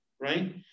right